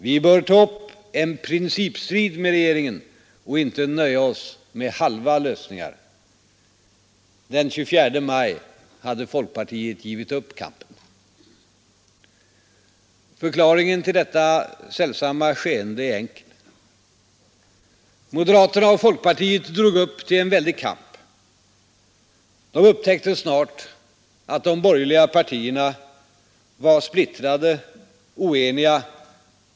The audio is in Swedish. Vi bör ta upp principstrid med regeringen och inte nöja oss med halva lösningar.” Den 24 maj hade folkpartiet givit upp kampen, Förklaringen till detta sällsamma skeende är enkel. Moderaterna och folkpartiet drog upp till en väldig kamp. De upptäckte snart att de borgerliga partierna var splittrade och oeniga.